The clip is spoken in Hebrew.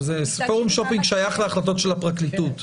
פורום שופינג שייך להחלטות של הפרקליטות.